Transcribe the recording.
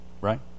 right